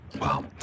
Wow